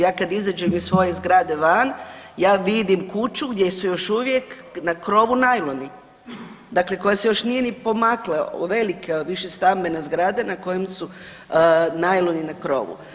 Ja kad izađem iz svoje zgrade van, ja vidim kuću gdje su još uvijek na krovu najloni, dakle koja se još nije ni pomakla, velika više stambena zgrada na kojem su najloni na krovu.